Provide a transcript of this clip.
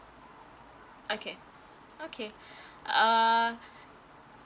okay okay err